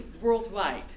worldwide